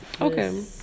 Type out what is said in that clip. Okay